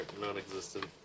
non-existent